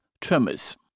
Tremors